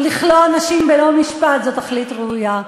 תכלית ראויה,